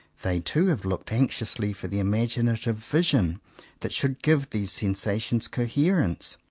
they too have looked anxiously for the imaginative vision that should give these sensations coherence.